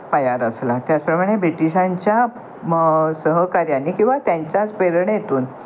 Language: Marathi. पाया रचला त्याचप्रमाणे ब्रिटिशांच्या मं सहकार्याने किंवा त्यांच्याच प्रेरणेतून